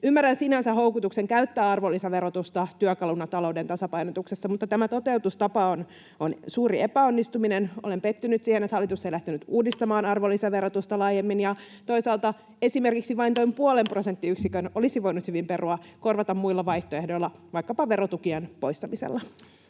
Ymmärrän sinänsä houkutuksen käyttää arvonlisäverotusta työkaluna talouden tasapainotuksessa, mutta tämä toteutustapa on suuri epäonnistuminen. Olen pettynyt siihen, että hallitus ei lähtenyt uudistamaan arvonlisäverotusta laajemmin, ja toisaalta esimerkiksi vain tämän puolen prosenttiyksikön olisi voinut hyvin perua, korvata muilla vaihtoehdoilla, vaikkapa verotukien poistamisella.